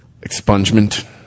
Expungement